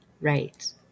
right